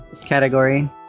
Category